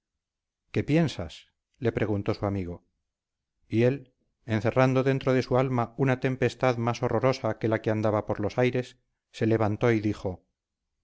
qué piensas le preguntó su amigo y él encerrando dentro de su alma una tempestad más horrorosa que la que andaba por los aires se levantó y dijo